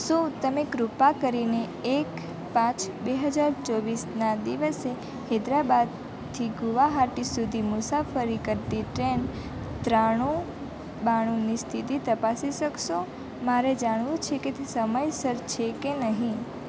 શું તમે કૃપા કરીને એક પાંચ બે હજાર ચોવીસના દિવસે હૈદરાબાદથી ગુવાહાટી સુધી મુસાફરી કરતી ટ્રેન ત્રાણુ બાણુંની સ્થિતિ તપાસી શકશો મારે જાણવું છે કે તે સમયસર છે કે નહીં